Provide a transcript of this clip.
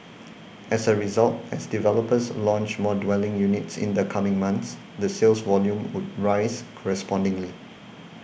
as a result as developers launch more dwelling units in the coming months the sales volume would rise correspondingly